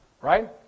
Right